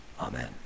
amen